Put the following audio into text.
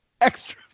Extra